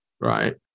right